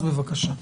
אז בבקשה.